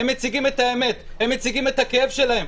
הם מציגים את האמת, הם מציגים את הכאב שלהם.